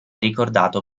ricordato